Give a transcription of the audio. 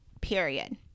Period